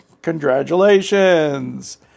Congratulations